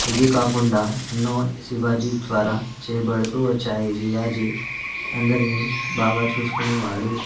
ఇవి కాకుండా ఎన్నో శివాజీ ద్వారా చేయబడుతూ వచ్చాయి శివాజీ అందరిని బాగా చూసుకునేవాడు